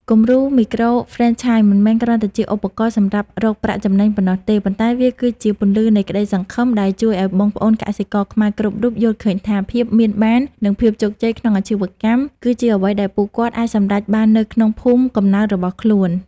គំរូមីក្រូហ្វ្រេនឆាយមិនមែនគ្រាន់តែជាឧបករណ៍សម្រាប់រកប្រាក់ចំណេញប៉ុណ្ណោះទេ ប៉ុន្តែវាគឺជា "ពន្លឺនៃក្តីសង្ឃឹម" ដែលជួយឱ្យបងប្អូនកសិករខ្មែរគ្រប់រូបយល់ឃើញថា ភាពមានបាន និងភាពជោគជ័យក្នុងអាជីវកម្ម គឺជាអ្វីដែលពួកគាត់អាចសម្រេចបាននៅក្នុងភូមិកំណើតរបស់ខ្លួន។